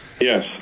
Yes